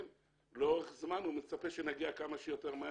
לאורך זמן הוא מצפה שנגיע כמה שיותר מהר